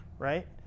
Right